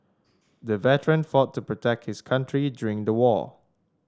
the veteran fought to protect his country during the war